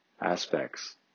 aspects